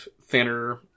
Thinner